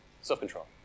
self-control